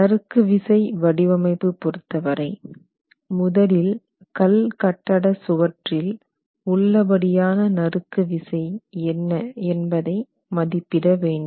நறுக்கு விசை வடிவமைப்பு பொறுத்தவரை முதலில் கல் கட்டட சுவற்றில் உள்ளபடியான நறுக்கு விசை என்ன என்பதை மதிப்பிட வேண்டும்